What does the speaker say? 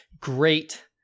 great